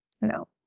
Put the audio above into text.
No